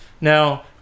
Now